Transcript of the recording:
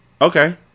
Okay